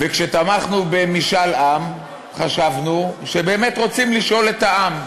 וכשתמכנו במשאל עם חשבנו שבאמת רוצים לשאול את העם.